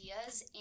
ideas